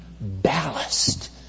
ballast